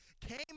came